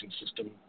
system